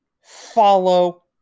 follow